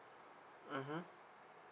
mmhmm